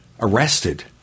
arrested